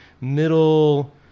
middle